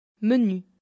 Menu